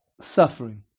suffering